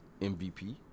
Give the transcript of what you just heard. MVP